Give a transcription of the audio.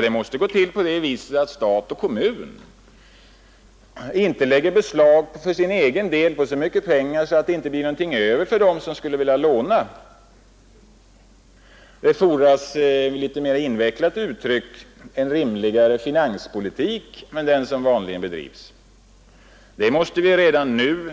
— Det måste gå till på det viset att stat och kommun inte lägger beslag på så mycket pengar för egen del att det inte blir någonting över för dem som vill låna. Det fordras, litet mer invecklat uttryckt, en rimligare finanspolitik än den som vanligen bedrivs. Vi måste redan nu